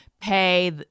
pay